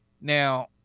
Now